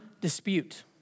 dispute